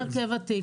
הרכב התיק.